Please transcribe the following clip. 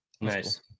Nice